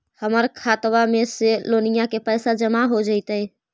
हमर खातबा में से लोनिया के पैसा जामा हो जैतय?